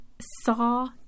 saw